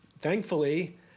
thankfully